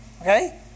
Okay